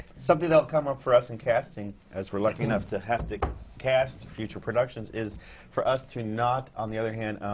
something that'll come up for us in casting, as we're lucky enough to have to cast future productions, is for us to not, on the other hand,